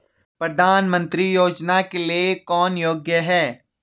प्रधानमंत्री योजना के लिए कौन योग्य है?